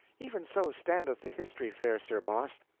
even so standeth the history, fair sir boss.